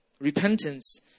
Repentance